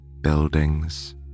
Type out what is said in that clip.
buildings